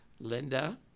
Linda